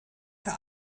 herr